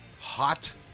hot